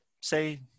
say